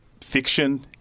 fiction